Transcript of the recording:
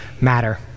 matter